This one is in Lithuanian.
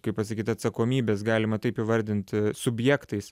kaip pasakyt atsakomybės galima taip įvardint subjektais